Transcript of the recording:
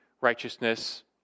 righteousness